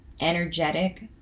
energetic